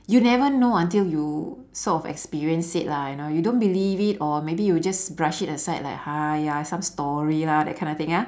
you never know until you sort of experience it lah you know you don't believe it or maybe you just brush it aside like !aiya! some story lah that kind of thing ya